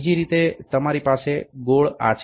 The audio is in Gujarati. બીજી રીતે તમારી પાસે ગોળ આ છે